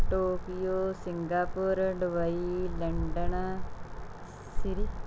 Tokyo Singapore Dubai London Surrey